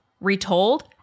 retold